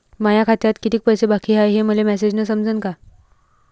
माया खात्यात कितीक पैसे बाकी हाय हे मले मॅसेजन समजनं का?